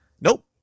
Nope